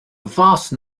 vast